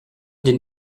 den